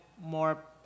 More